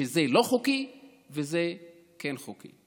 שזה לא חוקי או כן חוקי.